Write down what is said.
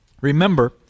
Remember